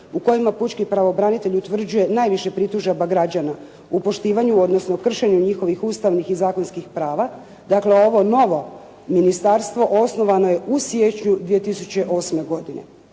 u kojima pučki pravobranitelj utvrđuje najviše pritužaba građana u poštivanju odnosno kršenju njihovih ustavnih i zakonskih prava. Dakle ovo novo ministarstvo osnovano je u siječnju 2008. godine.